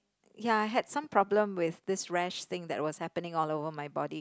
ya I had some problem with this rash thing that it was happening all over my body